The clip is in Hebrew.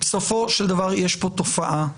בסופו של דבר, יש פה תופעה,